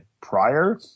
prior